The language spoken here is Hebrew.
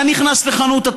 אתה נכנס לחנות,